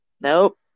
Nope